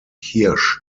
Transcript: hirsch